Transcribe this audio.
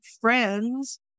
friends